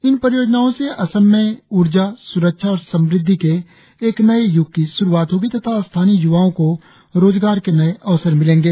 इन परियोजनाओं से असम में ऊर्जा सुरक्षा और समृद्धि के एक नए युग की शुरुआत होगी तथा स्थानीय युवाओं को रोजगार के नए अवसर मिलेंगे